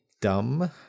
dumb